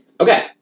Okay